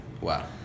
wow